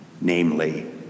namely